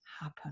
happen